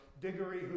Diggory